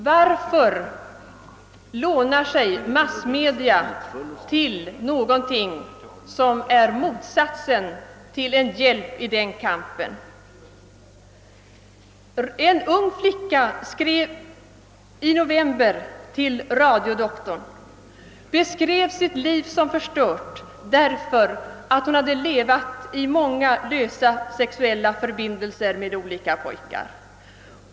Varför lånar sig massmedia till någonting som är motsatsen till en hjälp? En ung flicka skrev i november till radiodoktorn, beskrev sitt liv som förstört därför att hon hade levat i lösa sexuella förbindelser med många olika pojkar.